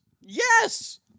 Yes